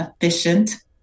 efficient